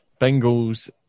Bengals